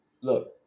look